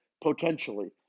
potentially